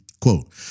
Quote